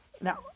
Now